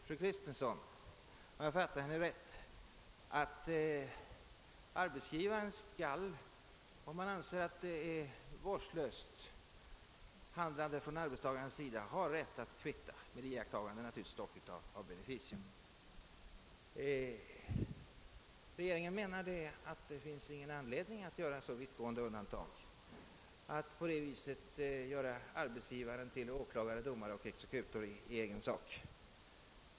Fru Kristensson vill, om jag fattat henne rätt, att arbetsgivaren, om han anser att det varit vårdslöst handlande från arbetstagarens sida, skall ha rätt att kvitta med iakttagande av beneficium. Regeringen anser inte att det finns någon anledning att göra så vittgående undantag och göra arbetsgivaren till åklagare, domare och exekutor i egen sak.